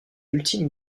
ultimes